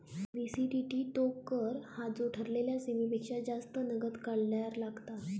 BCTT तो कर हा जो ठरलेल्या सीमेपेक्षा जास्त नगद काढल्यार लागता